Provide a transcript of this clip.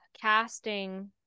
casting